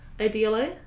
ideally